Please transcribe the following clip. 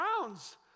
rounds